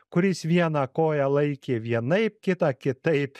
kuris vieną koją laikė vienaip kitą kitaip